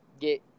get